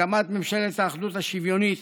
שהקמת ממשלת האחדות השוויונית